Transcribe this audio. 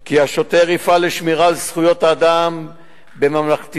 כי השוטר יפעל לשמירה על זכויות האדם בממלכתיות,